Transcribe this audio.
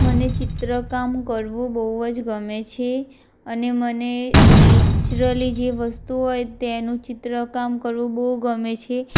મને ચિત્રકામ કરવું બહુ જ ગમે છે અને મને નેચરલી જે વસ્તુ હોય તેનું ચિત્રકામ કરવું બહુ ગમે છે